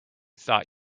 thought